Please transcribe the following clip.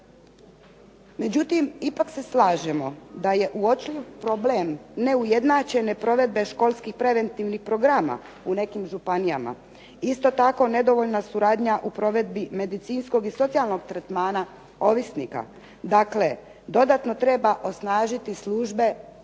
Međutim, ipak se slažemo da je uočljiv problem neujednačene provedbe školskih preventivnih programa u nekim županijama. Isto tako nedovoljna suradnja u provedbi medicinskog i socijalnog tretmana ovisnika. Dakle, dodatno treba osnažiti službe, već